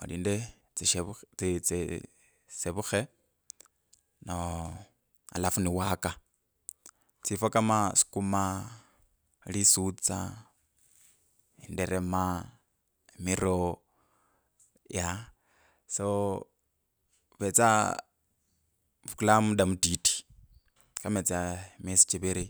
alinde tsishevu tsi- tsi- tsi sevukhe no alafu niwaka tsifwa kama sukuma lisutsa. inderema. miroo. yea. So ovetysa ovukulangamu damutiti kamatsa…emiesichiviri.